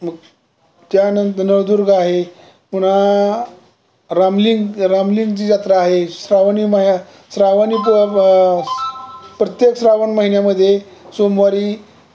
मग त्यानंतर नवदुर्ग आहे पुन्हा रामलिंग रामलिंगची जत्रा आहे श्रावणी माया श्रावणी प्रत्येक श्रावण महिन्यामध्ये सोमवारी